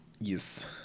Yes